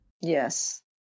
Yes